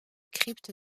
crypte